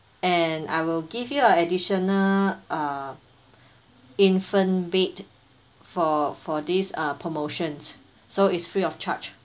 and I will give you a additional uh infant bed for for this uh promotions so is free of charge